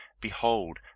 Behold